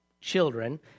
children